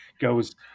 goes